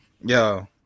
yo